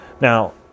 Now